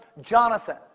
Jonathan